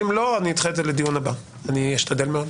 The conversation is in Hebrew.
אם לא נדחה את זה לדיון הבא אני אשתדל מאוד.